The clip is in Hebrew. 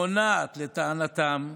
המונעת, לטענתם,